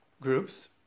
groups